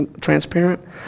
transparent